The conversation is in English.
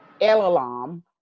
Elalam